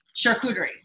charcuterie